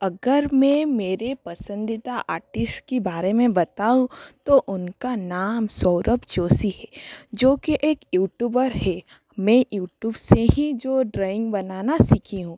अगर मैं मेरे पसंदीदा आर्टिस्ट के बारे में बताऊँ तो उनका नाम सौरभ जोशी है जो कि एक यूट्यूबर हैं मैं यूट्यूब से ही जो ड्राॅइंग बनाना सीखी हूँ